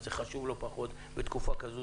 וזה חשוב לא פחות בתקופה כזאת